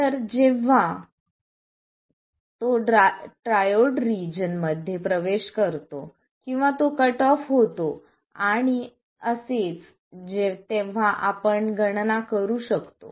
तर जेव्हा तो ट्रायोड रिजन मध्ये प्रवेश करतो किंवा तो कट ऑफ होतो आणि असेच तेव्हा आपण गणना करू शकतो